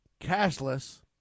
cashless